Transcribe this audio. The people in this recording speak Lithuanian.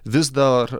vis dar